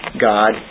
God